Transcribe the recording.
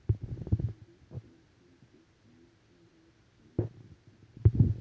हार्वेस्टरचो उपयोग पाण्यातला गवत काढूक करतत